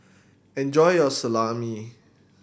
enjoy your Salami